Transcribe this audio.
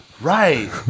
Right